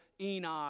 Enoch